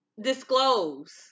disclose